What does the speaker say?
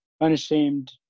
Unashamed